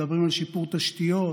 מדברים על שיפור תשתיות,